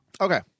Okay